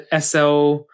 SL